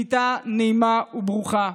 קליטה נעימה וברוכה,